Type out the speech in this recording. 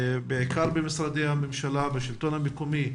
בעיקר במשרדי הממשלה ובשלטון המקומי,